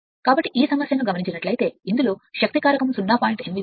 కాబట్టి చూస్తే ఈ సమస్యకు శక్తి కారకం 0